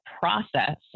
process